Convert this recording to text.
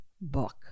book